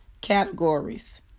categories